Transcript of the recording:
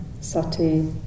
sati